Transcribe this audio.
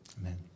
Amen